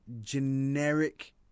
generic